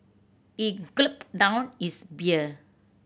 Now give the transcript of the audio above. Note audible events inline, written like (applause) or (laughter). he (unintelligible) down his beer